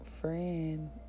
friend